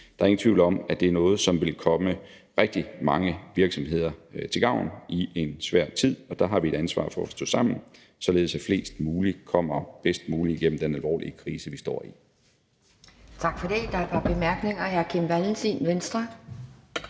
Der er ingen tvivl om, at det er noget, som vil komme rigtig mange virksomheder til gavn i en svær tid. Der har vi et ansvar for at stå sammen, således at flest mulige kommer bedst muligt igennem den alvorlige krise, vi står i. Kl. 11:32 Anden næstformand (Pia Kjærsgaard): Tak for det.